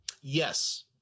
Yes